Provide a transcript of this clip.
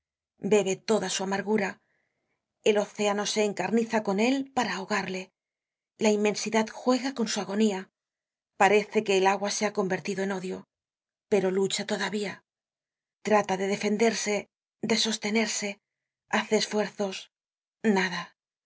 bebe toda su amargura el océano se encarniza con él para ahogarle la inmensidad juega con su agonía parece que el agua se ha convertido en odio content from google book search generated at pero lucha todavía trata de defenderse de sostenerse hace esfuerzos nada